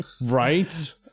right